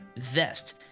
vest